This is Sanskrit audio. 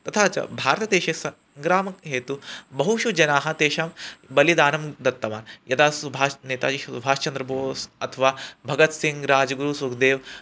तथा च भारतदेशस्य ग्रामहेतुः बहुषु जनाः तेषां बलिदानं दत्तवान् यदा सुभाष् नेताजि सुभाष् चन्द्रबोस् अथवा भगत्सिङ्ग् राज्गुरु सुख्देव्